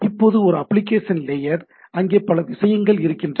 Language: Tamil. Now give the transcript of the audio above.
இப்போது இது அப்ளிகேஷன் லேயர் அங்கே பல விஷயங்கள் இருக்கின்றன